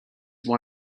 one